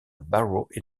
barrow